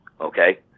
Okay